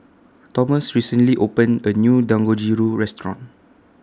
Thomas recently opened A New Dangojiru Restaurant